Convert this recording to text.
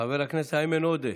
חבר הכנסת אימן עודה,